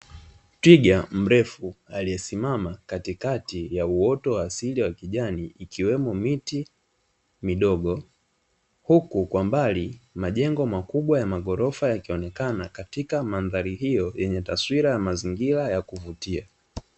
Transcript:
Twiga mrefu aliyesimama katikati ya uoto wa asili wa kijani ikiwemo miti midogo, huku kwa mbali majengo makubwa ya magorofa yakionekana katika mandhari hiyo yenye taswira ya mazingira ya kuvutia.